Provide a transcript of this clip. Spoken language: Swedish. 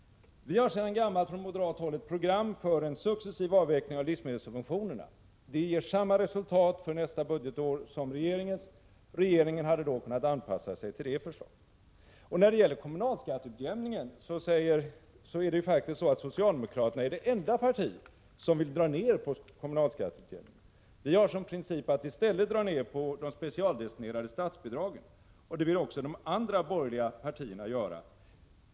Vi har sedan gammalt från moderat håll ett program för en successiv avveckling av livsmedelssubventionerna. Det ger samma resultat för nästa budgetår som regeringens, och regeringen hade då kunnat anpassa sig till det förslaget. När det gäller kommunalskatteutjämningen är socialdemokraterna det enda parti som vill dra ner på den. Vi moderater har som princip att i stället dra ner på de specialdestinerade statsbidragen, och det vill också de andra borgerliga partierna göra.